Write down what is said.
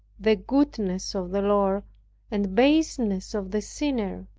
the goodness of the lord and baseness of the sinner,